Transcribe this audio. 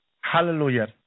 Hallelujah